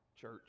church